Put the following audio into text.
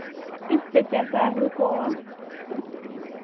ᱛᱤᱥ ᱯᱮ ᱪᱟᱥᱼᱟ ᱦᱳᱲᱳ ᱠᱚ